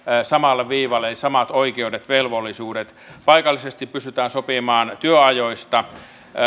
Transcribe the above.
samalle viivalle eli on samat oikeudet ja velvollisuudet paikallisesti pystytään sopimaan työajoista